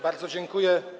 Bardzo dziękuję.